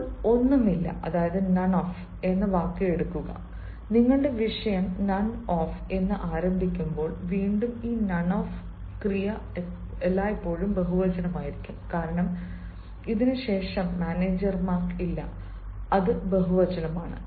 ഇപ്പോൾ ഒന്നുമില്ല എന്ന വാക്ക് എടുക്കുക നിങ്ങളുടെ വിഷയം നണ് ഓഫ് എന്ന് ആരംഭിക്കുമ്പോൾ വീണ്ടും ഈ നണ് ഓഫ് ക്രിയ എല്ലായ്പ്പോഴും ബഹുവചനമായിരിക്കും കാരണം ശേഷം മാനേജർമാർ ഇല്ല അത് ബഹുവചനമാണ്